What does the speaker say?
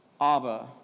Abba